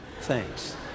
Thanks